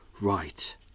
right